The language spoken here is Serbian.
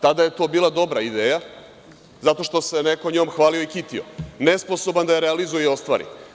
Tada je to bila dobra ideja zato što se neko njom hvalio i kitio nesposoban da je realizuje i ostvari.